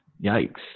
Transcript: Yikes